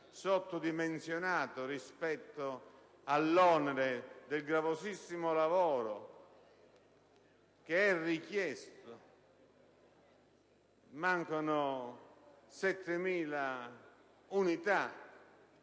sottodimensionato rispetto all'onere del gravosissimo lavoro ad esso richiesto. Mancano 7.000 unità: